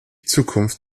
zukunft